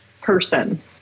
person